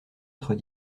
être